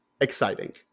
Exciting